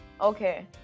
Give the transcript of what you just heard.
Okay